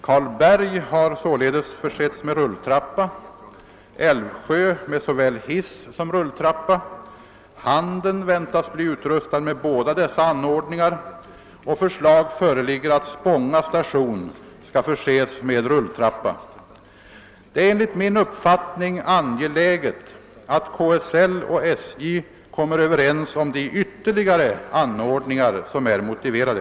Karlberg har således försetts med rulltrappa, Älvsjö med såväl hiss som rulltrappa, Handen väntas bli utrustad med båda dessa anordningar och för Det är enligt min uppfattning angeläget, att KSL och SJ kommer överens om de ytterligare anordningar som är motiverade.